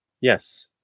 yes